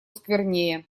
сквернее